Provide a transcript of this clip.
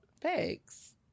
Thanks